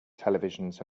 televisions